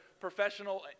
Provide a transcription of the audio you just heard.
professional